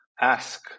ask